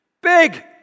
big